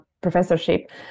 professorship